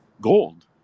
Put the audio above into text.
gold